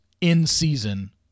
in-season